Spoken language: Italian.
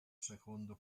secondo